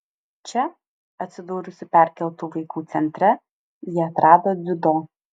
čia atsidūrusi perkeltų vaikų centre ji atrado dziudo